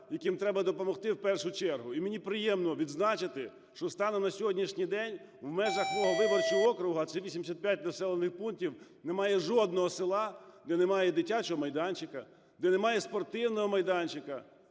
яким треба допомогти в першу чергу. І мені приємно відзначити, що станом на сьогоднішній день в межах мого виборчого округу, а це 85 населених пунктів, немає жодного села, де немає дитячого майданчика, де немає спортивного майданчика.